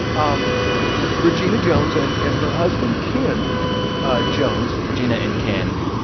um regina jones and and her husband ken ah jones. regina and ken,